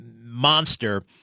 monster